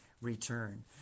return